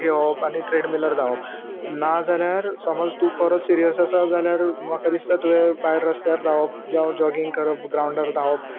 घेवप आनी ट्रेडमिलर धांवप ना जाल्यार समज तूं खरोच सिरयस आसा जाल्यार म्हाका दिसता तुवें भायर रस्त्यार धांवप जावं जॉगींग करप ग्रावंडार धांवप